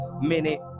minute